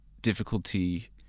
difficulty